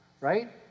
Right